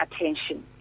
attention